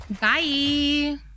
Bye